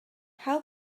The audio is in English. how